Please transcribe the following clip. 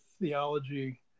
theology